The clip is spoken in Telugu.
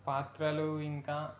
పాత్రలు ఇంకా